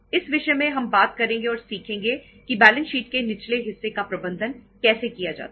इस विषय में हम बात करेंगे और सीखेंगे की बैलेंस शीट के निचले हिस्से का प्रबंधन कैसे किया जाता है